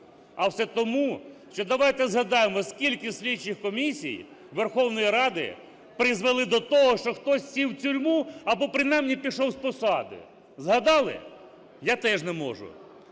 А все тому, що, давайте згадаємо, скільки слідчих комісії Верхової Ради призвели до того, що хтось сів в тюрму або принаймні пішов з посади. Згадали? Я теж не можу.